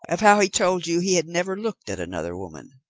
of how he told you he had never looked at another woman.